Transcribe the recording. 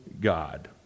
God